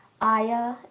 Aya